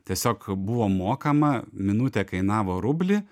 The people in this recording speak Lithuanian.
tiesiog buvo mokama minutė kainavo rublį